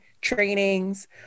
trainings